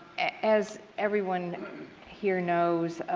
as everyone here knows,